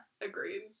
Agreed